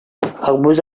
акбүз